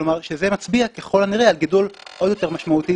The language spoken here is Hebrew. שזה מצביע ככל הנראה על גידול עוד יותר משמעותי